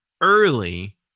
early